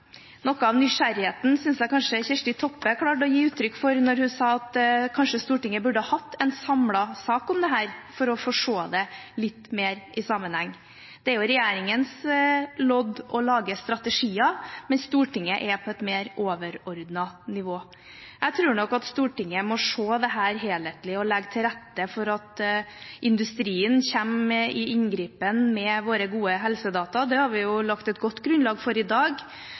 Noe av nysgjerrigheten synes jeg Kjersti Toppe klarte å gi uttrykk for da hun sa at kanskje Stortinget burde hatt en samlet sak om dette for å kunne se det litt mer i sammenheng. Det er jo regjeringens lodd å lage strategier, mens Stortinget er på et mer overordnet nivå. Jeg tror nok at Stortinget må se dette helhetlig og legge til rette for at industrien kommer i inngripen med våre gode helsedata. Det har vi lagt et godt grunnlag for i dag.